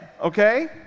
Okay